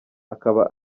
akaba